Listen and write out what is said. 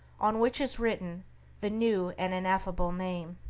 on which is written the new and ineffable name.